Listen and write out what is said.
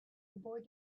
boy